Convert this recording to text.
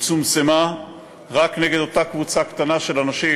היא צומצמה רק נגד אותה קבוצה קטנה של אנשים,